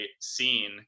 scene